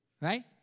right